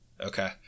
Okay